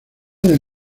del